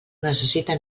necessita